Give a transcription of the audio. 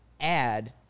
add